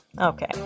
Okay